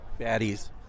baddies